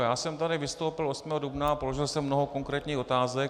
Já jsem tady vystoupil 8. dubna a položil jsem mnoho konkrétních otázek.